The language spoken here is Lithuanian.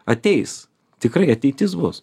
ateis tikrai ateity jis bus